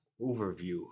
overview